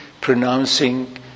pronouncing